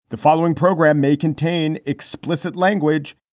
the following program may contain explicit language